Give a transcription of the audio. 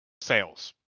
sales